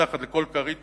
מתחת לכל כרית